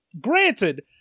granted